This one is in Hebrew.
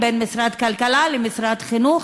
משרד הכלכלה ומשרד החינוך,